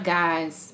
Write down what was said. guys